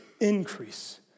increase